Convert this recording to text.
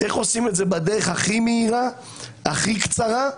איך עושים את זה בדרך הכי מהירה והרי קצרה.